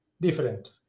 different